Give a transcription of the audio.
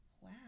Wow